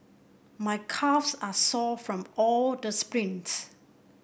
my calves are sore from all the sprints